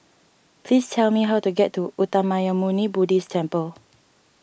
please tell me how to get to Uttamayanmuni Buddhist Temple